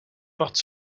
portent